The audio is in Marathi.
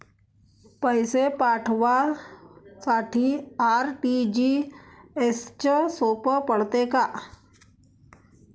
पैसे पाठवासाठी आर.टी.जी.एसचं सोप पडते का?